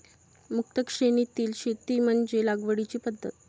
मुक्त श्रेणीतील शेती म्हणजे लागवडीची पद्धत